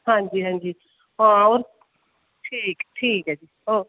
हां जी हां जी आं होर ठीक ऐ जी ठीक जी आं जी